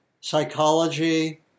psychology